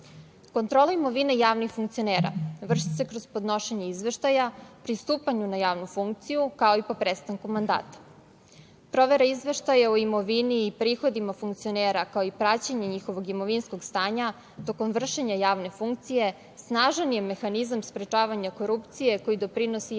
budžeta. Kontrola imovine javnih funkcionera vrši se kroz podnošenje izveštaja, pri stupanju na javnu funkciju, kao i po prestanku mandata. Provera izveštaja o imovini i prihodima funkcionera, kao i praćenje njihovog imovinskog stanja tokom vršenja javne funkcije snažan je mehanizam za sprečavanje korupcije koji doprinosi jačanju ličnog